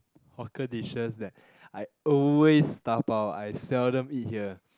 hawker dishes that I always dabao I seldom eat here